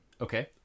Okay